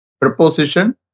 Preposition